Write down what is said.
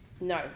no